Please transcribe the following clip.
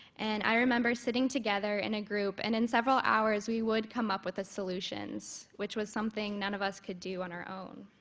and i remember sitting together in a group and in several hours, we would come up with ah solutions which was something none of us could do on our own.